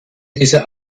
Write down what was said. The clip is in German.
dieser